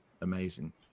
amazing